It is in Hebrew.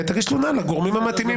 תגיש תלונה לגורמים המתאימים.